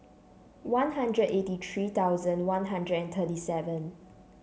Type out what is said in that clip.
One Hundred eighty three thousand One Hundred and thirty seven